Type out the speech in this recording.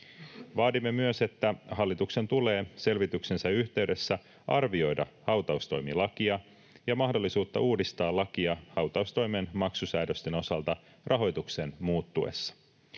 Vaadimme myös, että hallituksen tulee selvityksensä yhteydessä arvioida hautaustoimilakia ja mahdollisuutta uudistaa lakia hautaustoimen maksusäädösten osalta rahoituksen muuttuessa.